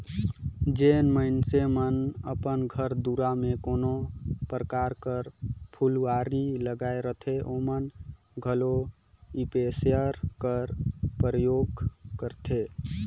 जेन मइनसे मन अपन घर दुरा में कोनो परकार कर फुलवारी लगाए रहथें ओमन घलो इस्पेयर कर परयोग करथे